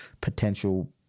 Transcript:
potential